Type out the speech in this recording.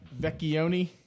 Vecchioni